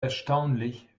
erstaunlich